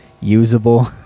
usable